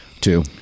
Two